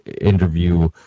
interview